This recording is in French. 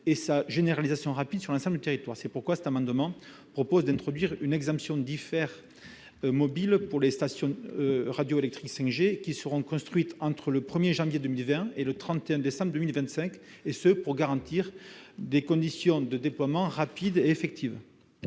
et sa généralisation rapide sur l'ensemble du territoire. Aussi, le présent amendement vise à introduire une exemption d'IFER mobile pour les stations radioélectriques 5G qui seront construites entre le 1 janvier 2020 et le 31 décembre 2025, afin de garantir les conditions d'un déploiement rapide et effectif.